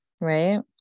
Right